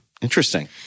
Interesting